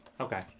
Okay